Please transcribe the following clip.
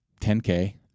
10K